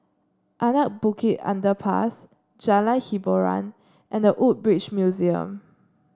Anak Bukit Underpass Jalan Hiboran and The Woodbridge Museum